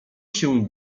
się